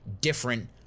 different